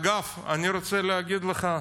אגב, אני רוצה להגיד לך,